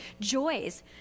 joys